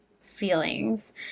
feelings